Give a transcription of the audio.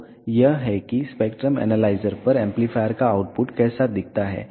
तो यह है कि स्पेक्ट्रम एनालाइजर पर एम्पलीफायर का आउटपुट कैसा दिखता है